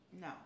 No